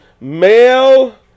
Male